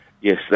Yes